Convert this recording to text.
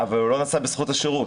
אבל הוא לא נסע, בזכות השירות.